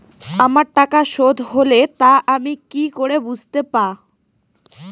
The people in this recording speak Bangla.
আমার টাকা শোধ হলে তা আমি কি করে বুঝতে পা?